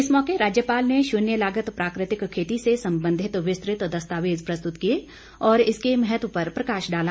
इस मौके राज्यपाल ने शून्य लागत प्राकृतिक खेती से संबंधित विस्तृत दस्तावेज प्रस्तुत किए और इसके महत्व पर प्रकाश डाला